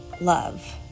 love